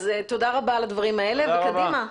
אז תודה רבה על הדברים האלה וקדימה.